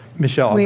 michele? yeah